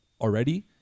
already